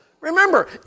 Remember